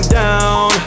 down